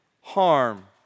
harm